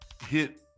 hit